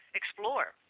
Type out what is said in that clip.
explore